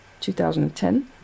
2010